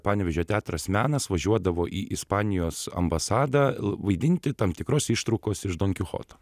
panevėžio teatras menas važiuodavo į ispanijos ambasadą vaidinti tam tikros ištraukos iš donkichoto